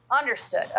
understood